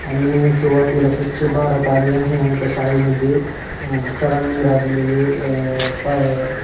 आम्ही सुरुवातीला स्वच्छ भारत आभियान ही आमच्या शाळेमध्ये सरांनी राबवलेली प